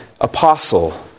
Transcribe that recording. apostle